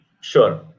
Sure